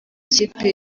kipe